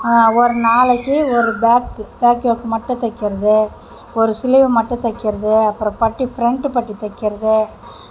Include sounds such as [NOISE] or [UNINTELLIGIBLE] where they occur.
ஒரு நாளைக்கு ஒரு பேக்கு பேக் வாக் [UNINTELLIGIBLE] மட்டும் தைக்கிறது ஒரு சிலிவ் மட்டும் தைக்கிறது அப்புறம் பட்டி ஃப்ரண்ட் பட்டி தைக்கிறது